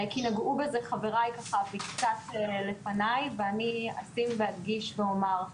נגעו בזה חבריי מקצת לפניי ואני אדגיש ואומר.